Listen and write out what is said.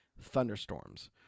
thunderstorms